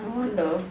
I want the